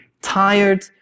Tired